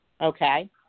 Okay